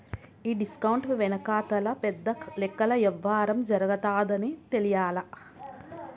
ఈ డిస్కౌంట్ వెనకాతల పెద్ద లెక్కల యవ్వారం జరగతాదని తెలియలా